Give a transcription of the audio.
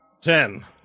Ten